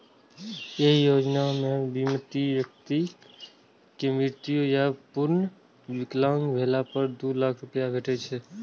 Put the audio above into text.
एहि योजना मे बीमित व्यक्ति के मृत्यु या पूर्ण विकलांग भेला पर दू लाख रुपैया भेटै छै